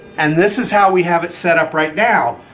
and this is how we have it set up right now.